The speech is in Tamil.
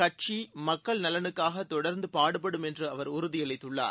கட்சி மக்கள் நலனுக்காக தொடர்ந்து பாடுபடும் என்று அவர் உறுதியளித்துள்ளார்